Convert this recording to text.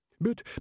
But